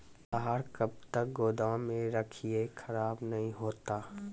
लहार कब तक गुदाम मे रखिए खराब नहीं होता?